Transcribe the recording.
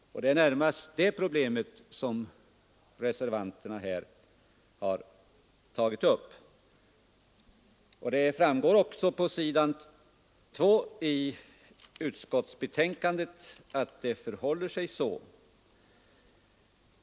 Det är närmast det problemet som reservanterna har tagit upp. På s. 2 i utskottets betänkande framgår att det förhåller sig så.